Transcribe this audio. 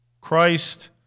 Christ